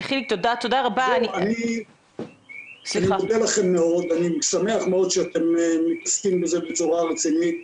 אני מודה לכם מאוד ואני שמח מאוד שאתם מתעסקים בזה בצורה רצינית.